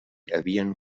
havien